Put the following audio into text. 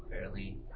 fairly